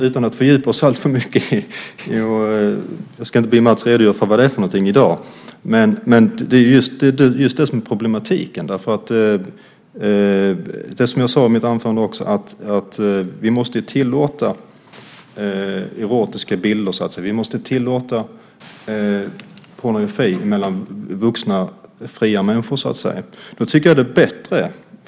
Utan att alltför mycket fördjupa oss i det, jag ska inte be Mats redogöra för det i dag, anser jag att just det är problemet. Som jag också sade i mitt anförande måste vi tillåta erotiska bilder. Vi måste tillåta pornografi mellan vuxna, fria människor.